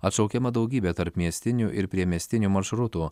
atšaukiama daugybė tarpmiestinių ir priemiestinių maršrutų